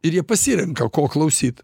ir jie pasirenka ko klausyt